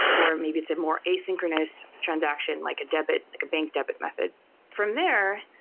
or maybe it's a more asynchronous transaction, like a debit, like a bank debit method from there,